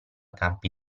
campi